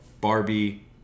Barbie